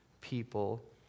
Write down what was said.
people